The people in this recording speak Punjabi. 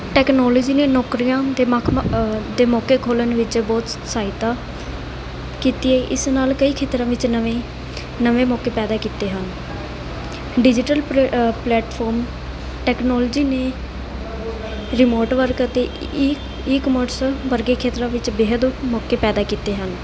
ਟੈਕਨੋਲਜੀ ਨੇ ਨੌਕਰੀਆਂ ਅਤੇ ਮਕਮ ਦੇ ਮੌਕੇ ਖੋਲਣ ਵਿੱਚ ਬਹੁਤ ਸਹਾਇਤਾ ਕੀਤੀ ਹੈ ਇਸ ਨਾਲ ਕਈ ਖੇਤਰਾਂ ਵਿੱਚ ਨਵੇਂ ਨਵੇਂ ਮੌਕੇ ਪੈਦਾ ਕੀਤੇ ਹਨ ਡਿਜੀਟਲ ਪਲੇ ਪਲੈਟਫਾਰਮ ਟੈਕਨੋਲਜੀ ਨੇ ਰਿਮੋਟ ਵਰਕ ਅਤੇ ਈ ਈਕਮਰਸ ਵਰਗੇ ਖੇਤਰਾਂ ਵਿੱਚ ਬੇਹਦ ਮੌਕੇ ਪੈਦਾ ਕੀਤੇ ਹਨ